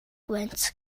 gwynt